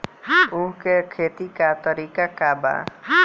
उख के खेती का तरीका का बा?